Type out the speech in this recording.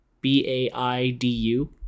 B-A-I-D-U